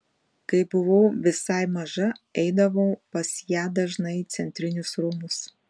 kai buvau visai maža eidavau pas ją dažnai į centrinius rūmus